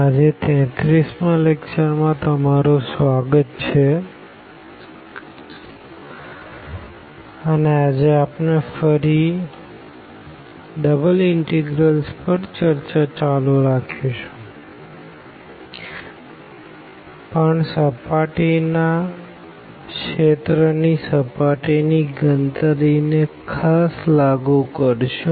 આ 33 માં લેકચર માં તમારું સ્વાગત છે અને આજે આપણે ફરી ડબલ ઇનટેગ્રલ્સ પર ચર્ચા ચાલુ રાખીશુંપણ સર્ફેસના રિજિયનની સર્ફેસની ગણતરી ને ખાસ લાગુ કરશું